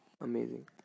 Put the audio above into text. Amazing